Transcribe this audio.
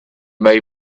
may